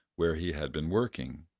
where he had been working.